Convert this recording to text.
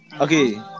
Okay